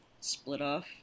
split-off